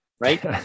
Right